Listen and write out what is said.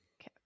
Okay